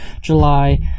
July